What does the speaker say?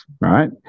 right